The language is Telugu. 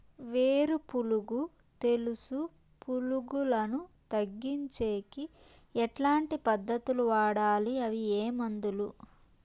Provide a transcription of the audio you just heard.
వేరు పులుగు తెలుసు పులుగులను తగ్గించేకి ఎట్లాంటి పద్ధతులు వాడాలి? అవి ఏ మందులు?